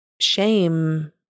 shame